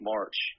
March